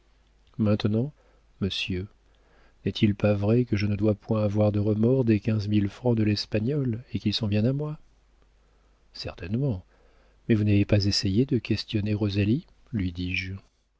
maintenant monsieur n'est-il pas vrai que je ne dois point avoir de remords des quinze mille francs de l'espagnol et qu'ils sont bien à moi certainement mais vous n'avez pas essayé de questionner rosalie lui dis-je